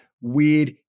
weird